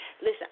listen